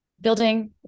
building